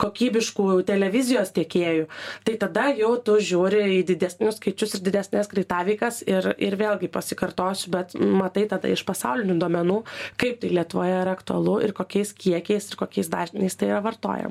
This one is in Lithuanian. kokybiškų televizijos tiekėjų tai tada jau tu žiūri į didesnius skaičius ir didesnės greitaveikas ir ir vėlgi pasikartosiu bet matai tada iš pasaulinių duomenų kaip tai lietuvoje yra aktualu ir kokiais kiekiais ir kokiais dažniais tai yra vartojama